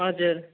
हजुर